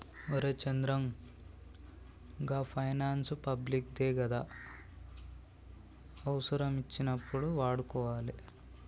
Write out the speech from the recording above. ఒరే చంద్రం, గా finance public దే గదా, అవుసరమచ్చినప్పుడు వాడుకోవాలె